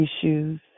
issues